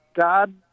God